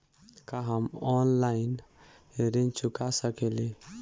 का हम ऑनलाइन ऋण चुका सके ली?